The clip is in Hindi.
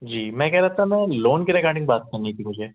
जी मैं कह रहा था मैं लोन के रिगार्डिंग बात करनी थी मुझे